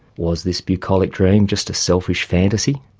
was this bucolic dream just a selfish fantasy?